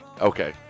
Okay